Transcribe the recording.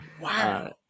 Wow